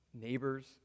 neighbors